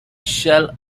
shall